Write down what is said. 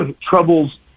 Troubles